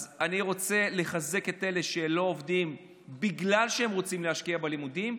אני רוצה לחזק את אלה שלא עובדים בגלל שהם רוצים להשקיע בלימודים.